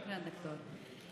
תפדלי, (אומר בערבית: שלוש דקות.) שוכרן, דוקטור.